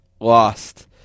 lost